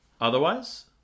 Otherwise